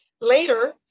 later